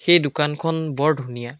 সেই দোকানখন বৰ ধুনীয়া